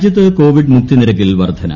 രാജ്യത്ത് കോവിഡ് മൂക്ക്കി നിരക്കിൽ വർദ്ധന